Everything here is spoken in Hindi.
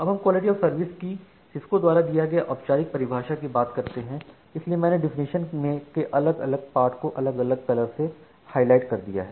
अब हम क्वालिटी ऑफ़ सर्विस की सिस्को द्वारा दिया गया औपचारिक परिभाषा की बात करते हैं इसीलिए मैंने डेफिनेशन के अलग अलग पार्ट को अलग अलग कलर से हाईलाइट कर दिया है